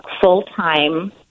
full-time